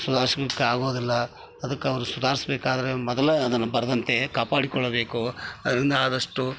ಸುಧಾರ್ಸಲಿಕ್ಕ ಆಗೂದಿಲ್ಲ ಅದಕ್ಕೆ ಅವರು ಸುಧಾರಿಸ್ಬೇಕಾದರೆ ಮೊದಲೇ ಅದನ್ನು ಬರದಂತೆ ಕಾಪಾಡಿಕೊಳ್ಳಬೇಕು ಅದರಿಂದ ಆದಷ್ಟು